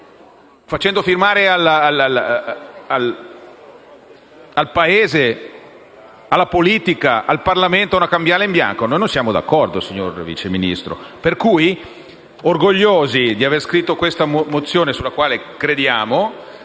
Facendo firmare al Paese, alla politica, al Parlamento una cambiale in bianco? Noi non siamo d'accordo, signor Vice Ministro. Orgogliosi di aver scritto la mozione in cui crediamo,